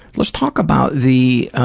let's talk about the